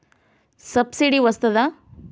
Subsidy వస్తదా?